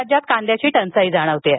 राज्यात कांद्याची टंचाई जाणवत आहे